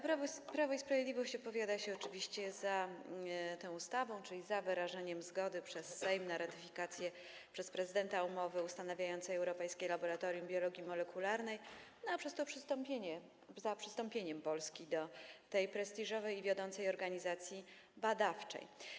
Prawo i Sprawiedliwość opowiada się oczywiście za tą ustawą, czyli za wyrażeniem zgody przez Sejm na ratyfikację przez prezydenta umowy ustanawiającej Europejskie Laboratorium Biologii Molekularnej, a przez to za przystąpieniem Polski do tej prestiżowej, wiodącej organizacji badawczej.